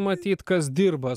matyt kas dirba